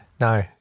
no